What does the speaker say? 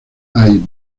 hay